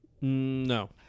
No